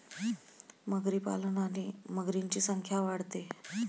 मगरी पालनाने मगरींची संख्या वाढते